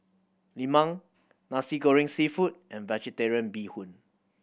Lemang Nasi Goreng Seafood and Vegetarian Bee Hoon